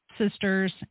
sisters